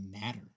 matter